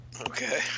Okay